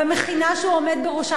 והמכינה שהוא עומד בראשה,